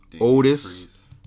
Otis